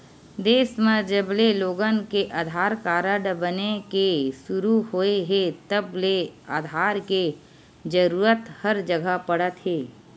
देस म जबले लोगन के आधार कारड बने के सुरू होए हे तब ले आधार के जरूरत हर जघा पड़त हे